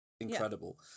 incredible